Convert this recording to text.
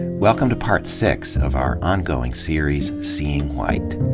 and welcome to part six of our ongoing series, seeing white.